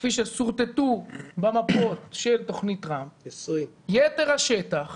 כפי ששורטטו במפות של תוכנית טראמפ, יתר השטח